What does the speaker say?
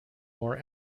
more